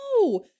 no